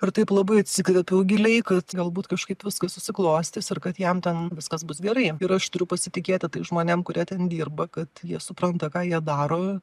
ir taip labai atsikvėpiau giliai kad galbūt kažkaip viskas susiklostys ir kad jam ten viskas bus gerai ir aš turiu pasitikėti tais žmonėm kurie ten dirba kad jie supranta ką jie daro